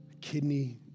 kidney